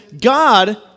God